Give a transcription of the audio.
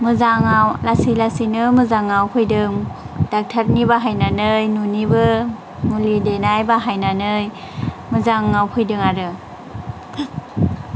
मोजाङाव लासै लासैनो मोजाङाव फैदों डाक्टारनि बाहायनानै न'निबो मुलि देनाय बाहायनानै मोजाङाव फैदों आरो